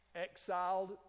exiled